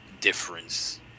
difference